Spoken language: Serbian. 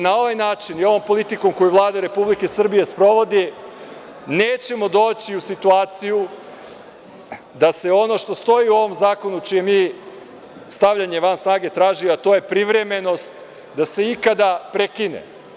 Na ovaj način i ovom politikom koju Vlada Republike Srbije sprovodi nećemo doći u situaciju da se ono što stoji u ovom zakonu, čije mi stavljanje van snage tražimo, a to je privremenost da se ikada prekine.